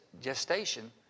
gestation